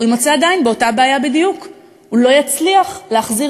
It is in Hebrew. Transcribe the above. הוא יימצא עדיין באותה בעיה בדיוק: הוא לא יצליח להחזיר